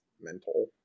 mental